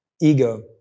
Ego